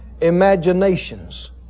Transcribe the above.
imaginations